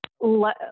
let